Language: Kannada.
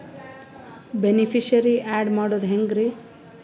ಬೆನಿಫಿಶರೀ, ಆ್ಯಡ್ ಮಾಡೋದು ಹೆಂಗ್ರಿ?